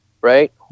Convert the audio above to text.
Right